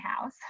house